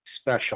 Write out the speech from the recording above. special